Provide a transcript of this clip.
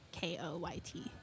K-O-Y-T